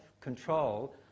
control